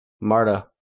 Marta